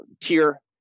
tier